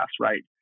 right